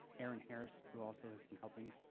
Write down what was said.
aaron harris who also has been helping